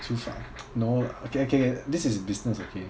处罚 no lah okay okay this is business okay